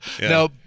Now